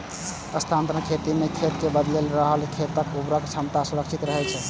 स्थानांतरण खेती मे खेत बदलैत रहला सं खेतक उर्वरक क्षमता संरक्षित रहै छै